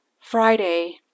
Friday